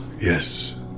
Yes